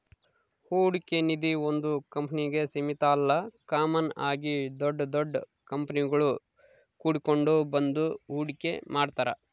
ಹೂಡಿಕೆ ನಿಧೀ ಒಂದು ಕಂಪ್ನಿಗೆ ಸೀಮಿತ ಅಲ್ಲ ಕಾಮನ್ ಆಗಿ ದೊಡ್ ದೊಡ್ ಕಂಪನಿಗುಳು ಕೂಡಿಕೆಂಡ್ ಬಂದು ಹೂಡಿಕೆ ಮಾಡ್ತಾರ